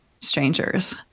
strangers